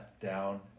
down